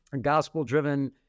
gospel-driven